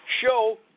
show